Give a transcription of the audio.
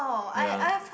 yea